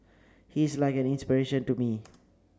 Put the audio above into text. he's like an inspiration to me